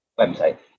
website